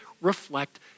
reflect